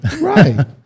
right